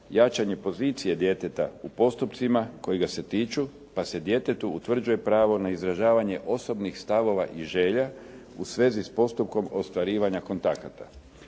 jačanje pozicije djeteta u postupcima koji ga se tiču pa se djetetu utvrđuje pravo na izražavanje osobnih stavova i želja u svezi s postupkom ostvarivanja kontakata.